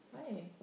right